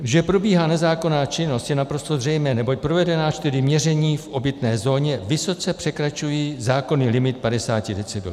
Že probíhá nezákonná činnost, je naprosto zřejmé, neboť provedená čtyři měření v obytné zóně vysoce překračují zákonný limit 50 decibelů.